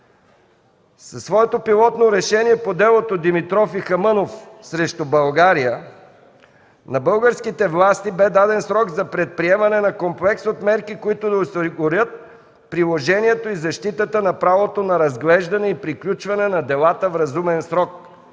Със своето пилотно решение по делото „Димитров и Хамънов срещу България” на българските власти бе даден срок за предприемане на комплекс от мерки, които да осигурят приложението и защитата на правото на разглеждане и приключване на делата в разумен срок,